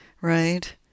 right